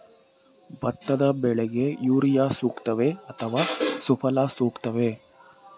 ಭತ್ತದ ಬೆಳೆಗೆ ಯೂರಿಯಾ ಸೂಕ್ತವೇ ಅಥವಾ ಸುಫಲ ಸೂಕ್ತವೇ?